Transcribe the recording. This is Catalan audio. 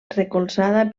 recolzada